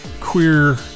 queer